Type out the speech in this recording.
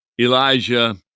Elijah